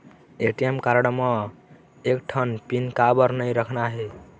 ATM card म एक ठन पिन काबर नई रखना हे?